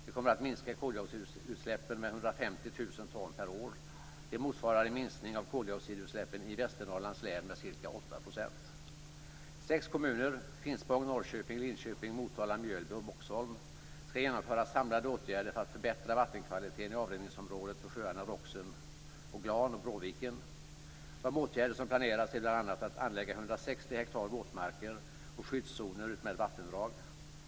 Det kommer att minska koldioxidutsläppen med 150 000 ton per år. Det motsvarar en minskning av koldioxidutsläppen i Västernorrlands län med ca 8 %. Sex kommuner - Finspång, Norrköping, Linköping, Motala, Mjölby och Boxholm - ska genomföra samlade åtgärder för att förbättra vattenkvaliteten i avrinningsområdet för sjöarna Roxen och Glan och för Bråviken. De åtgärder som planeras är bl.a. att anlägga 160 hektar våtmarker och skyddszoner utmed vattendrag.